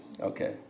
Okay